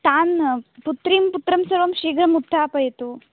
तान् पुत्रीं पुत्रं सर्वं शीघ्रम् उत्थापयतु